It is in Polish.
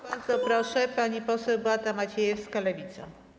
Bardzo proszę, pani poseł Beata Maciejewska, Lewica.